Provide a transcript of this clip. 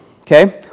Okay